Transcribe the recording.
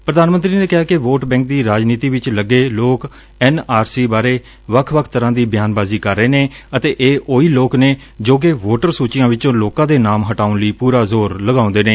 ਪ੍ਰਧਾਨ ਮੰਤਰੀ ਨੇ ਕਿਹਾ ਕਿ ਵੋਟ ਬੈਂਕ ਦੀ ਰਾਜਨੀਤੀ ਵਿਚ ਲੱਗੇ ਲੋਕ ਐਨ ਆਰ ਸੀ ਬਾਰੇ ਵੱਖ ਵੱਖ ਤਰੁਾਂ ਦੀ ਬਿਆਨਬਾਜ਼ੀ ਕਰ ਰਹੇ ਨੇ ਅਤੇ ਇਹ ਉਹੀ ਲੋਕ ਨੇ ਜੋ ਕਿ ਵੋਟਰ ਸੁਚੀਆਂ ਵਿਚੋਂ ਲੋਕਾਂ ਦੇ ਨਾਮ ਹਟਾਉਣ ਲਈ ਪੁਰਾ ਜ਼ੋਰ ਲਗਾਉਦੇ ਨੇ